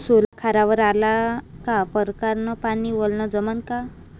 सोला खारावर आला का परकारं न पानी वलनं जमन का?